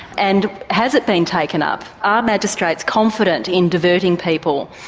and has it been taken up? are magistrates confident in diverting people?